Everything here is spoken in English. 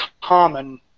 common